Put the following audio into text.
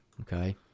Okay